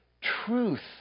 truth